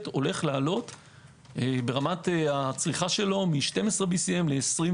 הולך לעלות ברמת הצריכה שלו מ-12 BCM ל-22.